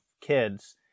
kids